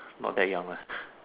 not that young lah